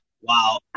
Wow